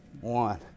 one